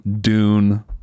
Dune